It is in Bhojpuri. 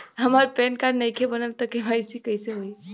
हमार पैन कार्ड नईखे बनल त के.वाइ.सी कइसे होई?